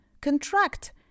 Contract